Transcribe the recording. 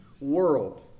world